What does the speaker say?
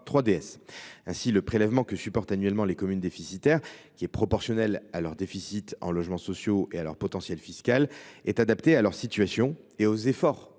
Ainsi, le prélèvement supporté annuellement par les communes déficitaires, qui est proportionnel à leur déficit en logements sociaux et à leur potentiel fiscal, est adapté à leur situation et aux efforts